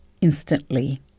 instantly